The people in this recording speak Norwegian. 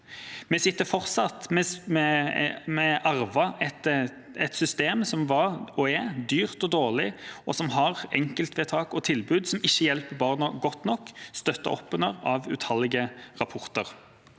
de styrte. Vi arvet et system som var og er dyrt og dårlig, og som har enkeltvedtak og tilbud som ikke hjelper barna godt nok, støttet opp under av utallige rapporter.